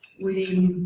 within